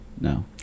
no